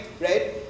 right